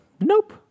nope